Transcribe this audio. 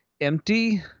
empty